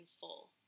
full